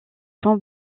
façon